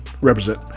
Represent